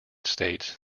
states